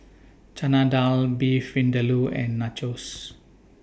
Chana Dal Beef Vindaloo and Nachos